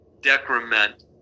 decrement